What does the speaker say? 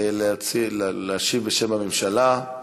להשיב בשם הממשלה.